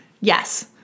Yes